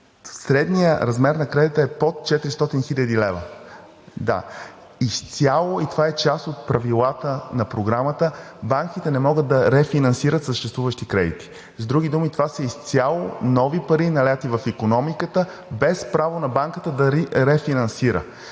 средният размер на кредита изцяло е под 400 хил. лв. и това е част от правилата на Програмата. Банките не могат да рефинансират съществуващи кредити. С други думи, това са изцяло нови пари, налети в икономиката, без право на банката да рефинансира.